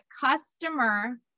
customer